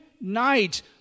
night